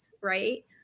right